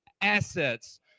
assets